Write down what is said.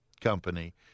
Company